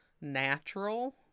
natural